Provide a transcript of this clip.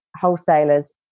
wholesalers